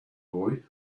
boy